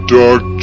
dark